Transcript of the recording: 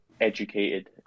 educated